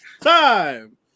time